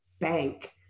bank